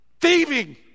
thieving